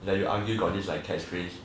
that you argue got this like catchphrase